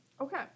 Okay